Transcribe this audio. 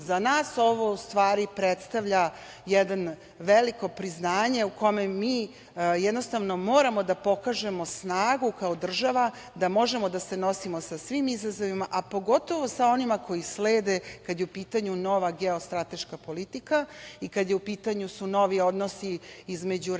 nas ovo predstavlja jedno veliko priznanje u kome mi moramo da pokažemo snagu, kao država, da možemo da se nosimo sa sim izazovima, a pogotovo sa onima koji slede, kada je u pitanju nova geostrateška politika i kada su u pitanju novi odnosi između relacija